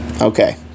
Okay